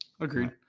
Agreed